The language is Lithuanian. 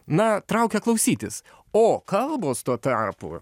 na traukia klausytis o kalbos tuo tarpu